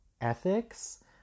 ethics